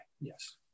yes